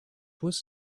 was